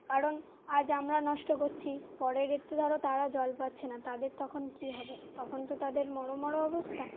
কারণ আজ আমরা নষ্ট করছি পরের এতে ধরো তারা জল পাচ্ছে না তাদের তখন কী হবে তখন তো তাদের মড়ো মড়ো অবস্থা